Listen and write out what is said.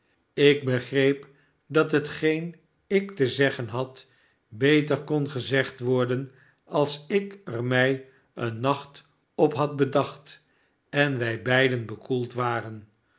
ik begreep dat hetgeen ik te zeggen had beter kon gezegd worden als ik er mij een nacht op had bedacht en wij beiden bekoeld waren